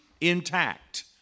intact